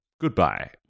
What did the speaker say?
Goodbye